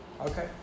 okay